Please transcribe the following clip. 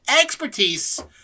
expertise